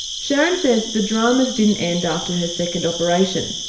sharon says the dramas didn't end after her second operation,